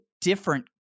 different